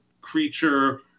creature